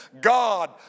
God